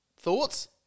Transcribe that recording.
Thoughts